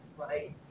right